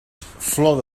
flor